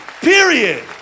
period